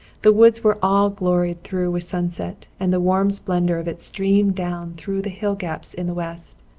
the woods were all gloried through with sunset and the warm splendor of it streamed down through the hill gaps in the west.